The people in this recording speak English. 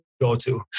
go-to